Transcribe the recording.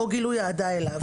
או גילוי אהדה אליו,